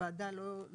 וזה לא